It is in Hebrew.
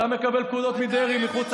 אתה עבד של סוכני טרור.